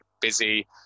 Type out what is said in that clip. busy